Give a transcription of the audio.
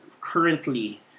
currently